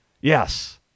Yes